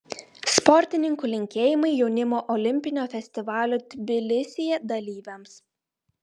sportininkų linkėjimai jaunimo olimpinio festivalio tbilisyje dalyviams